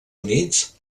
units